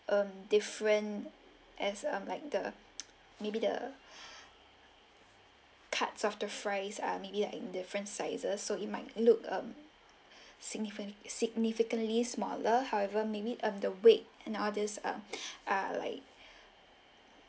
um different as um like the maybe the cuts of the fries ah maybe like different sizes so it might look um significant significantly smaller however may be of the weight and others are are like